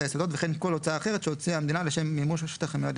זמנים שמדברים על עצם תחילת המימוש של הביצוע.